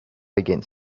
against